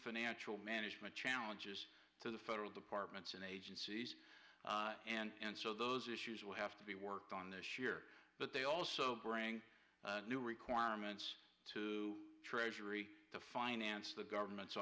financial management challenges to the federal departments and agencies and so those issues will have to be worked on this year but they also bring new requirements to treasury to finance the government's